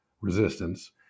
resistance